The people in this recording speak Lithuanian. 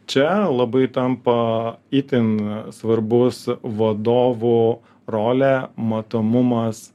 čia labai tampa itin svarbus vadovų rolė matomumas